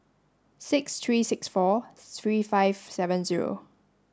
six three six four three five seven zero